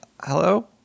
Hello